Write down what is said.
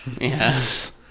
Yes